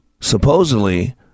Supposedly